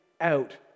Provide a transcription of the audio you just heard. out